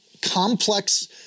complex